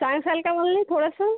सांगशाल का मला थोडंसं